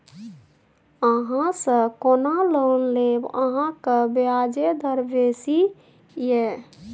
अहाँसँ कोना लोन लेब अहाँक ब्याजे दर बेसी यै